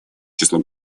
число